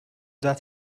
that